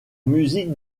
musique